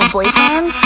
Boyfriend